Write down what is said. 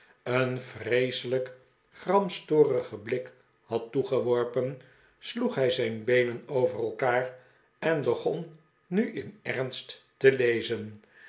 een vreeselijk gramstorigen blik had toegeworpen sloeg hij zijn beenen over elkaar en begon nu in ernst te lezen